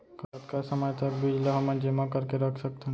कतका समय तक बीज ला हमन जेमा करके रख सकथन?